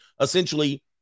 essentially